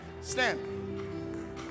Stand